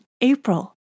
April